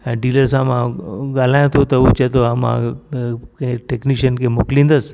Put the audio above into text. ऐं डीलर सां मां ॻाल्हायां थो उहो चए थो हा मां मुखे टैक्निशियन खे मोकलींदसि